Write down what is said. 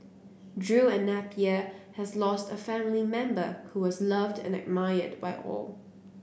Drew and Napier has lost a family member who was loved and admired by all